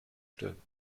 stellen